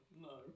no